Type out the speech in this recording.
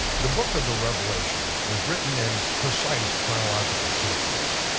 the book of the revelation is written in precise chronological sequence.